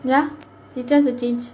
ya it's just a change